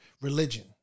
religion